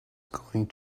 going